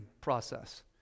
process